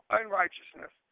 unrighteousness